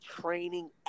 training